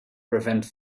prevent